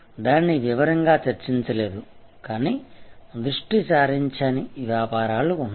మనం దానిని వివరంగా చర్చించలేదు కానీ దృష్టి సారించని వ్యాపారాలు ఉన్నాయి